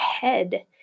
head